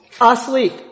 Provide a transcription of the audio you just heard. Asleep